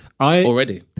already